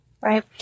Right